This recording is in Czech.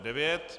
9.